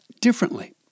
differently